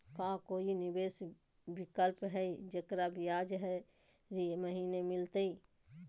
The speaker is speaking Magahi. का कोई निवेस विकल्प हई, जेकरा में ब्याज हरी महीने मिलतई?